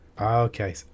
Okay